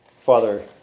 Father